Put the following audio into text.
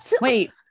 Wait